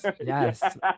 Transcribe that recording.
yes